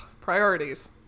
priorities